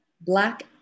black